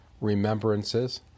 remembrances